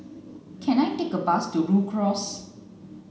can I take a bus to Rhu Cross